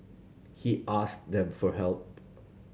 he asked them for help